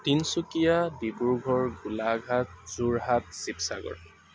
Tinsukia Dibrugarh Golaghat Jorhat Sivasagar